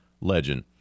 legend